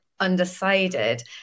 undecided